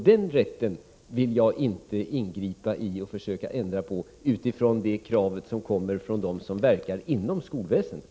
Detta vill jag inte ingripa mot och försöka ändra på, utifrån det krav som kommer från dem som verkar inom skolväsendet.